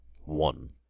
One